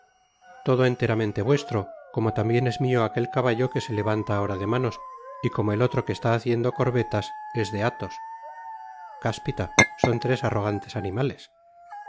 todo enteramente vuestro como tambien es mio aquel caballo que se levanta ah ra de mano y como el otro que está haciendo corbetas es de athos cáspita i son tres arrogantes animales